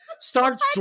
starts